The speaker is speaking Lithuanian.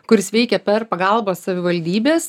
kuris veikia per pagalbą savivaldybės